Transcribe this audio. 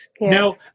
Now